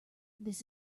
this